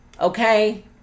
Okay